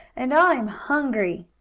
and i'm hungry!